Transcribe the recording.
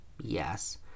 yes